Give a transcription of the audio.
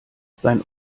sein